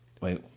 Wait